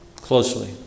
closely